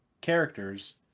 characters